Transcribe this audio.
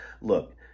Look